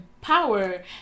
power